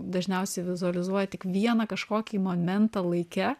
dažniausiai vizualizuoja tik vieną kažkokį momentą laike